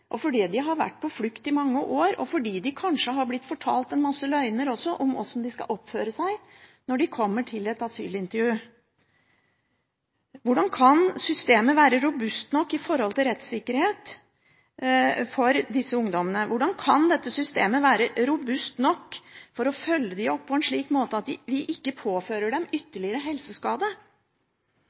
fordi de har vært på flukt i mange år, og fordi de kanskje også har blitt fortalt en masse løgner om hvordan de skal oppføre seg når de kommer til et asylintervju? Hvordan kan systemet være robust nok med tanke på rettssikkerhet for disse ungdommene? Hvordan kan dette systemet være robust nok for å følge dem opp på en slik måte at vi ikke påfører dem ytterligere helseskade?